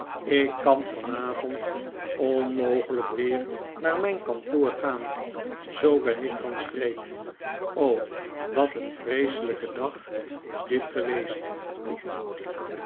ik kan vanavond onmogelijk weer naar mijn kantoor gaan zoo ben ik van streek o wat een vreeselijke dag is dit geweest